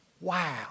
Wow